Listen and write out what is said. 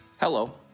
Hello